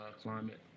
climate